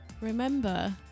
remember